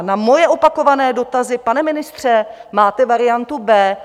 Na moje opakované dotazy: Pane ministře, máte variantu B?